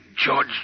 George